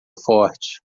forte